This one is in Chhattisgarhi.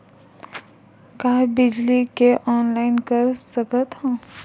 का बिजली के ऑनलाइन कर सकत हव?